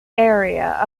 area